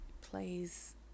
plays